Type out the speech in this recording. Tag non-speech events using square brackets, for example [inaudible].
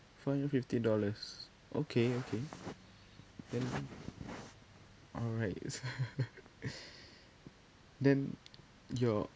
four hundred fifty dollars okay okay then alrights [laughs] then your